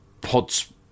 Pods